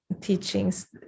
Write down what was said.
teachings